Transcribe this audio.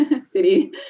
city